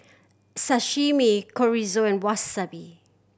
Sashimi Chorizo and Wasabi